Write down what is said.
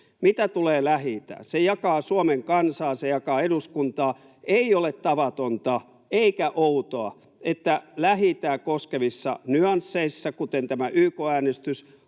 Mitä tulee Lähi-itään, niin se jakaa Suomen kansaa ja se jakaa eduskuntaa. Ei ole tavatonta eikä outoa, että Lähi-itää koskevissa nyansseissa, kuten tämä YK-äänestys,